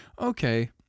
okay